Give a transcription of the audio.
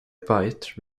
byte